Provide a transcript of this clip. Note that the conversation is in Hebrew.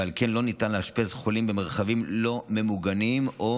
ועל כן לא ניתן לאשפז חולים במרחבים לא ממוגנים או